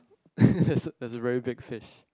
there's a there's a very big fish